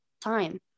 time